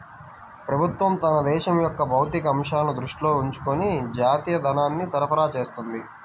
ప్రభుత్వం తన దేశం యొక్క భౌతిక అంశాలను దృష్టిలో ఉంచుకొని జాతీయ ధనాన్ని సరఫరా చేస్తుంది